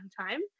time